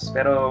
Pero